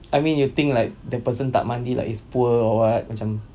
I mean you think like the person tak mandi like is poor or what macam